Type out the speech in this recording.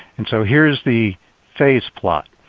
and so, here's the phase plot.